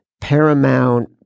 paramount